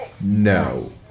No